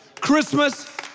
Christmas